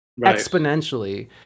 exponentially